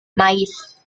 maíz